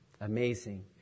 Amazing